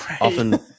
often